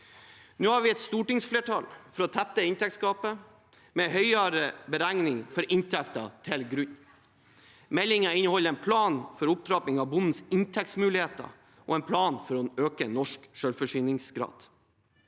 Nå har vi et stortingsflertall for å tette inntektsgapet, med en høyere beregning for inntekten til grunn. Meldingen inneholder en plan for opptrapping av bondens inntektsmuligheter og en plan for å øke norsk selvforsyningsgrad.